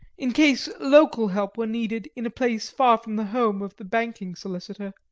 in case local help were needed in a place far from the home of the banking solicitor.